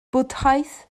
bwdhaeth